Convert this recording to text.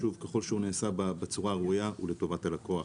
ככל שהוא נעשה בצורה הראויה זה לטובת הלקוח,